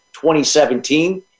2017